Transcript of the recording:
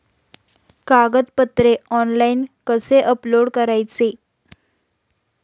कागदपत्रे ऑनलाइन कसे अपलोड करायचे?